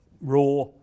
raw